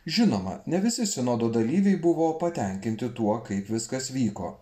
žinoma ne visi sinodo dalyviai buvo patenkinti tuo kaip viskas vyko